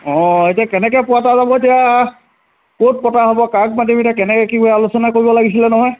অঁ এতিয়া কেনেকৈ পাতা যাব এতিয়া ক'ত পতা হ'ব কাক মাতিম এতিয়া কেনেকৈ কি কৰিম আলোচনা কৰিব লাগিছিলে নহয়